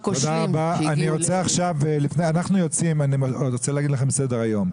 אני רוצה להגיד לכם את סדר היום.